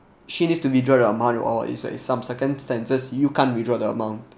she needs to withdraw the amount or is like some circumstances you can't withdraw the amount